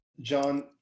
john